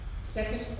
Second